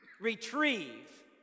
Retrieve